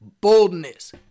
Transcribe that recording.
boldness